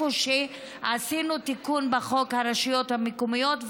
עשינו תיקון בחוק הרשויות המקומיות,